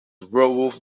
werewolf